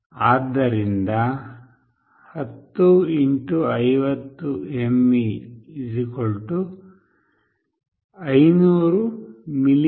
ಆದ್ದರಿಂದ 10 x 50 mV 500 mV